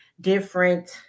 different